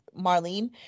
Marlene